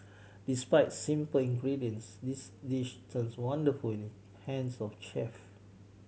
despite simple ingredients this dish turns wonderful in the hands of chef